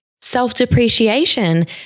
self-depreciation